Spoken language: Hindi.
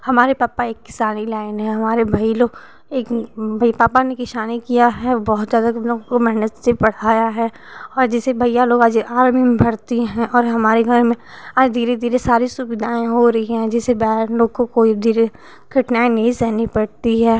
हमारे पपा एक किसानी लाइन हैं हमारे भाई लोग एक भाई पापा ने किशानी किया है बहोत जादा हम लोग को मेहनत से पढ़ाया है और जैसे भैया लोग आज आर्मी में भर्ती हैं और हमारे घर में आज धीरे धीरे सारी सुविधाएँ हो रही हैं जैसे बहन लोग को कोई धीरे कठिनाई नही सहनी पड़ती है